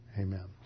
Amen